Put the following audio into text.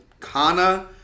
Kana